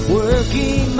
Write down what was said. working